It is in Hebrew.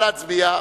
נא להצביע.